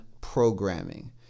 programming